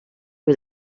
was